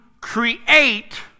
create